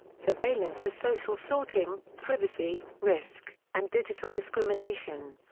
surveillance as social sorting privacy, risk, and digital discrimination.